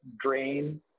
drain